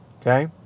okay